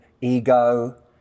ego